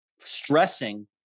stressing